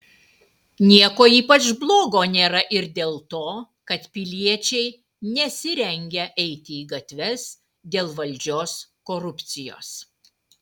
nieko ypač blogo nėra ir dėl to kad piliečiai nesirengia eiti į gatves dėl valdžios korupcijos